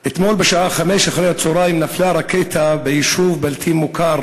אתמול בשעה 17:00 נפלה רקטה ביישוב בלתי מוכר